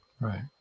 Right